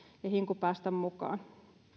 ja hinku päästä mukaan